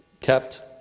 kept